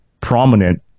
prominent